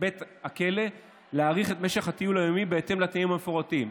בית הכלא להאריך את משך הטיול היומי בהתאם לתנאים המפורטים.